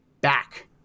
back